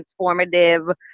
transformative